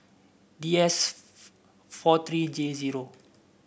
D S four three J zero